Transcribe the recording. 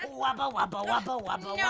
and wubba, wubba, wubba, wubba,